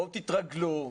בואו תתרגלו,